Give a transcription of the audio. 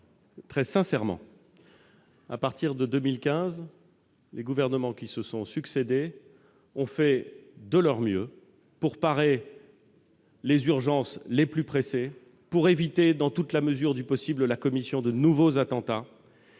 très sincèrement : à partir de 2015, les gouvernements qui se sont succédé ont fait de leur mieux pour parer aux urgences les plus pressées et éviter dans la mesure du possible la commission de nouveaux attentats.